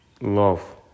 love